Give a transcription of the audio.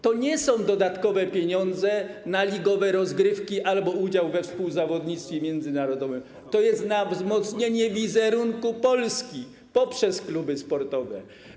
To nie są dodatkowe pieniądze na ligowe rozgrywki albo udział we współzawodnictwie międzynarodowym, to jest na wzmocnienie wizerunku Polski poprzez kluby sportowe.